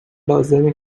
لازمه